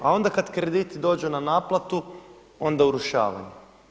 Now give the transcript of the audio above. A onda kad krediti dođu na naplatu, onda urušavanje.